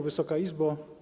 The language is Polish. Wysoka Izbo!